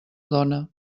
dona